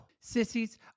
Sissies